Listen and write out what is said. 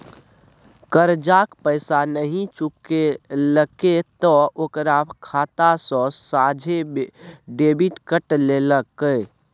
करजाक पैसा नहि चुकेलके त ओकर खाता सँ सोझे डेबिट कए लेलकै